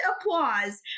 applause